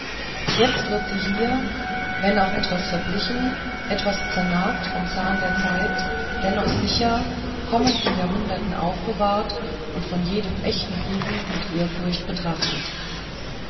jetzt wird sie hier wenn auch etwas verblichen etwas zernagt vom zahn der zeit dennoch sicher kommenden jahrhunderten aufbewahrt und von jedem echten briten mit ehrfurcht betrachtet